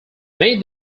made